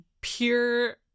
pure